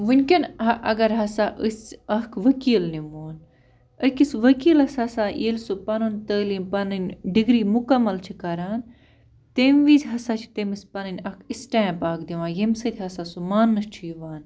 وُنکٮ۪ن اَگر ہسا أسۍ اَکھ ؤکیٖل نِمہون أکِس ؤکیٖلَس ہسا ییٚلہِ سُہ پَنُن تعلیٖم پَنٕنۍ ڈِگری مُکمل چھِ کَران تَمہِ وِزِ ہسا چھِ تٔمِس پَنٕنۍ اَکھ سِٹیمپ اَکھ دِوان ییٚمہِ سۭتۍ ہسا سُہ ماننہٕ چھُ یِوان